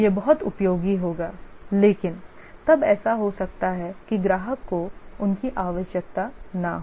यह बहुत उपयोगी होगा लेकिन तब ऐसा हो सकता है कि ग्राहक को उनकी आवश्यकता न हो